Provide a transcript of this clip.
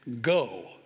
go